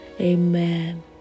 amen